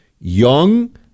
young